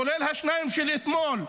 כולל השניים של אתמול,